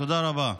תודה רבה.